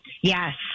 Yes